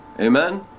Amen